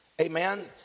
amen